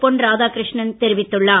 பொன் ராதாகிருஷ்ணன் தெரிவித்துள்ளார்